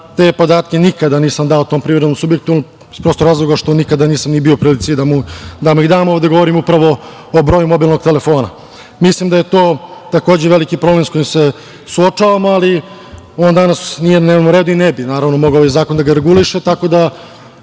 te podatke nikada nisam dao tom privrednom subjektu, iz prostog razloga što nikada nisam ni bio u prilici da mu ih dam, a ovde govorim upravo o broju mobilnog telefona. Mislim da je to takođe veliki problem sa kojim se suočavamo, ali, on danas nije na dnevnom redu i ne bi ovaj zakon mogao da ga reguliše, tako da